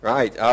Right